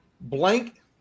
blank